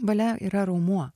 valia yra raumuo